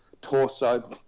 torso